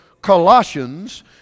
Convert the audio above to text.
Colossians